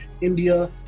India